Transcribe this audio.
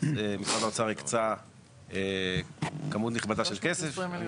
משרד האוצר הקצה כמות נכבדה של כסף.